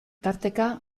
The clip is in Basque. tarteka